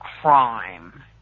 crime